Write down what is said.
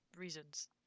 reasons